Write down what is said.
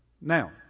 Now